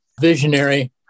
visionary